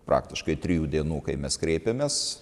praktiškai trijų dienų kai mes kreipėmės